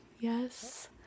yes